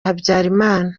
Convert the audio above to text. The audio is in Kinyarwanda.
habyarimana